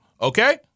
okay